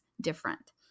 different